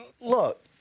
look